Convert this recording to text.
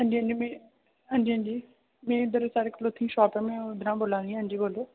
हां जी हां जी मि हां जी हां जी मि इद्धर साढ़े क्लोथिंग शॉप ऐ में उद्धरा बोला नी ऐ हां जी बोलो